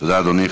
תודה, אדוני.